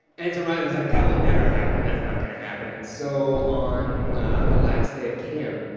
and so riley was like, that will never happen. that's not going to happen. and so, on the last day of camp,